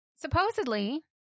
Supposedly